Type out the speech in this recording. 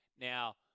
Now